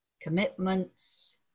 commitments